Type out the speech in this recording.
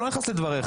הוא לא נכנס לדבריך.